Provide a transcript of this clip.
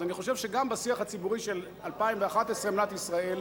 אז אני חושב שגם בשיח הציבורי של 2011 במדינת ישראל,